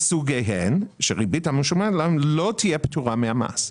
לסוגיהן, שהריבית המשולמת להם לא תהיה פטורה מהמס.